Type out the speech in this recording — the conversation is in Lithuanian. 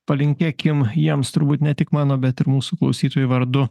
palinkėkim jiems turbūt ne tik mano bet ir mūsų klausytojų vardu